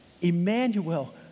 Emmanuel